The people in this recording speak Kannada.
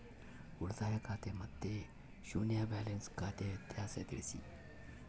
ಉಳಿತಾಯ ಖಾತೆ ಮತ್ತೆ ಶೂನ್ಯ ಬ್ಯಾಲೆನ್ಸ್ ಖಾತೆ ವ್ಯತ್ಯಾಸ ತಿಳಿಸಿ?